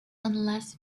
unless